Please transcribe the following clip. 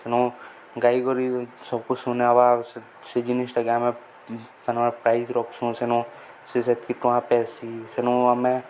ସେନୁ ଗାଇ କରି ସବ୍କୁ ଶୁନାବା ସେ ଜିନିଷ୍ଟାକେ ଆମେ ତାମାନେ ପ୍ରାଇଜ୍ ରଖ୍ସୁଁ ସେନୁ ସେ ସେତ୍କି ଟଙ୍କା ପେସି ସେନୁ ଆମେ